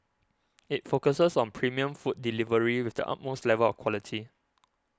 it focuses on premium food delivery with the utmost level of quality